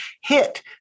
hit